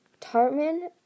Tartman